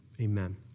Amen